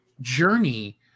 journey